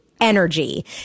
energy